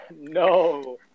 no